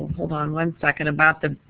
hold on one second. about the